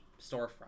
storefront